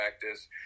practice